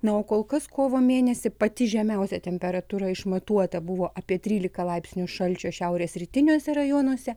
na o kol kas kovo mėnesį pati žemiausia temperatūra išmatuota buvo apie trylika laipsnių šalčio šiaurės rytiniuose rajonuose